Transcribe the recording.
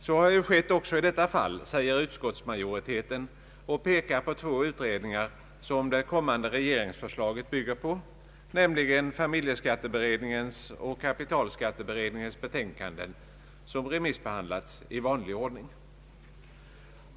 Så har skett också i detta fall, säger utskottsmajoriteten och pekar på två utredningar som det kommande regeringsförslaget bygger på, nämligen familjeskatteberedningen och kapitalskatteberedningen, vilkas betänkanden remissbehandlats i vanlig ordning.